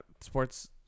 Sports